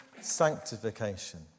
sanctification